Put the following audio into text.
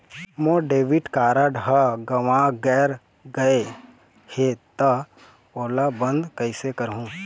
मोर debit card हर गंवा गैर गए हे त ओला बंद कइसे करहूं?